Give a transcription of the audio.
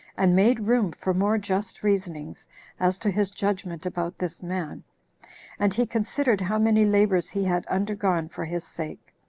and made room for more just reasonings as to his judgment about this man and he considered how many labors he had undergone for his sake.